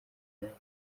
yanjye